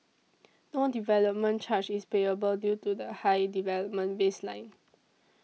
no development charge is payable due to the high development baseline